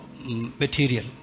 material